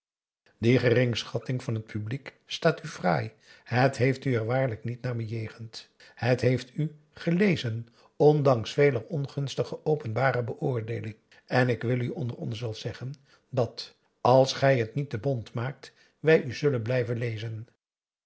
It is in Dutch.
die geringschatting van het publiek staat u fraai het heeft er u waarlijk niet naar bejegend het heeft u p a daum hoe hij raad van indië werd onder ps maurits gelezen ondanks veler ongunstige openbare beoordeeling en ik wil u onder ons wel zeggen dat als gij het niet te bont maakt wij u zullen blijven lezen